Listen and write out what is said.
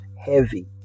heavy